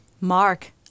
Mark